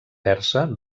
persa